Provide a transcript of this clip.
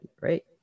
right